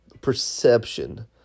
perception